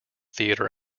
theater